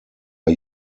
are